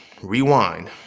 rewind